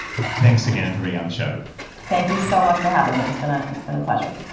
thanks again for being on the show thank you so much for having me. it's been ah it's been a pleasure